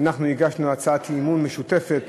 אנחנו הגשנו הצעת אי-אמון משותפת